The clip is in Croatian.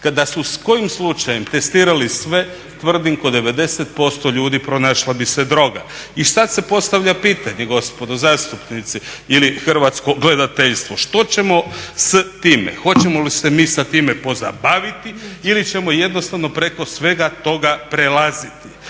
Da su kojim slučajem testirali sve tvrdim kod 90% ljudi pronašla bi se droga. I sad se postavlja pitanje gospodo zastupnici ili hrvatsko gledateljstvo. Što ćemo s time? Hoćemo li se mi sa time pozabaviti ili ćemo jednostavno preko svega toga prelaziti.